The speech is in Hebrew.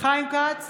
חיים כץ,